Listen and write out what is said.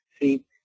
see